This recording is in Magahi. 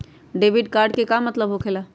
डेबिट कार्ड के का मतलब होकेला?